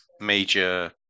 major